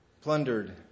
plundered